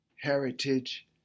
heritage